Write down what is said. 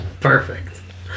Perfect